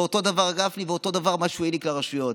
ואותו דבר גפני ואותו דבר מה שהוא העניק לרשויות.